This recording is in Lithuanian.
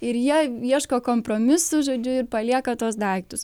ir jei ieško kompromisų žodžiu ir palieka tuos daiktus